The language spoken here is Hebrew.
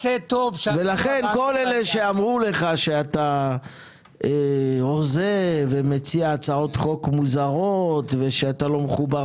לכן כל אלה שאמרו לך שאה הוזה ומציע הצעות חוק מוזרות ולא מחובר